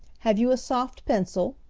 have you a soft pencil?